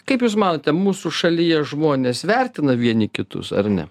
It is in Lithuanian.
kaip jūs manote mūsų šalyje žmonės vertina vieni kitus ar ne